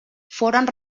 foren